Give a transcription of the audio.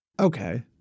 Okay